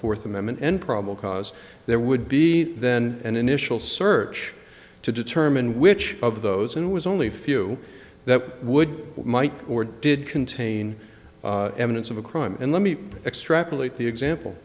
fourth amendment and probably because there would be then an initial search to determine which of those in was only a few that would might or did contain evidence of a crime and let me extrapolate the example